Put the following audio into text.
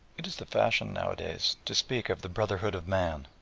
it is the fashion nowadays to speak of the brotherhood of man,